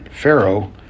Pharaoh